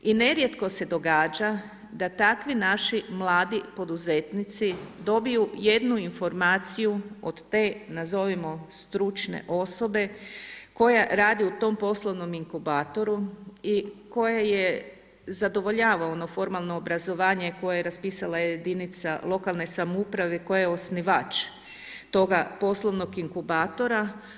I nerijetko se događa da takvi naši poduzetnici dobiju jednu informaciju od te, nazovimo stručne osobe koja radi u tom poslovnom inkubatora i koje zadovoljava ono formalno obrazovanje, koja je raspisala jedinica lokalne samouprave, koja je osnivač toga poslovnog inkubatora.